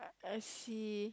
I see